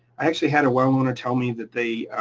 i actually had a well owner tell me that they,